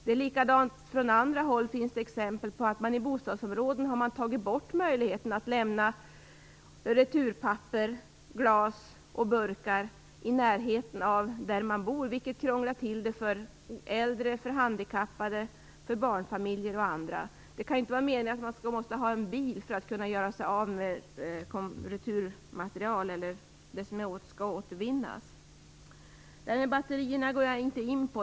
Det finns också exempel på hur man i bostadsområden har tagit bort möjligheten att lämna returpapper, glas och burkar i närheten av bostäderna, vilket krånglar till det för äldre, handikappade, barnfamiljer och andra. Det kan ju inte vara meningen att man skall tvingas att ha bil för att kunna göra sig av med returmaterial eller det som skall återvinnas. Frågan om batterierna går jag inte in på.